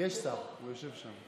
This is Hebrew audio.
יש שר, הוא יושב שם.